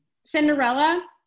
Cinderella